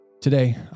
Today